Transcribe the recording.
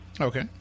Okay